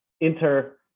inter